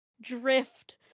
drift